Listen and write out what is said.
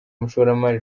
umushoramari